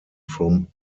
from